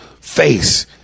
face